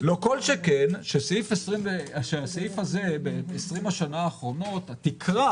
לא כל שכן שהסעיף הזה בעשרים השנה האחרונות התקרה